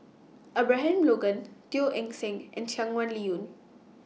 Abraham Logan Teo Eng Seng and Shangguan Liuyun